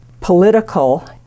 political